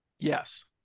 yes